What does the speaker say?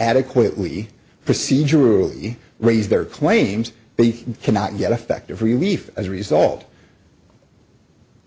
adequately procedurally raise their claims but he cannot yet effective relief as a result